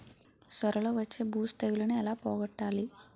సొర లో వచ్చే బూజు తెగులని ఏల పోగొట్టాలి?